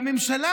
והממשלה,